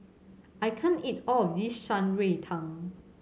I can't eat all of this Shan Rui Tang